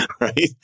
right